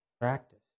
practice